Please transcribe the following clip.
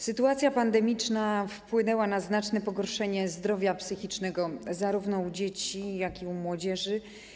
Sytuacja pandemiczna wpłynęła na znaczne pogorszenie zdrowia psychicznego zarówno dzieci, jak i młodzieży.